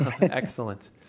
Excellent